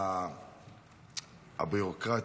הביורוקרטיה,